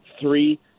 Three-